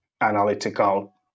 analytical